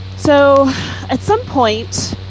so at some point,